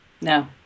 No